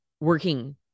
working